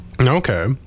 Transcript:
Okay